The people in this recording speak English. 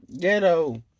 ghetto